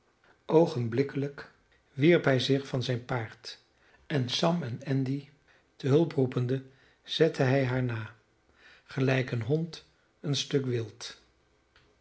oogenblikkelijk wierp hij zich van zijn paard en sam en andy te hulp roepende zette hij haar na gelijk een hond een stuk wild